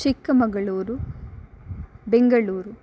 Chikkamagaluru Bengaluru